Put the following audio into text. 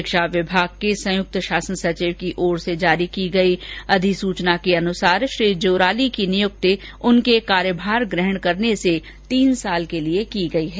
शिक्षा विभोग के संयुक्त शासन सचिव की ओर से आज जारी की गई अधिसूचना के अनुसार श्री जोराली की नियुक्ति उनके कार्यभार ग्रहण करने से तीन साल के लिये की गयी है